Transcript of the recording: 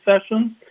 sessions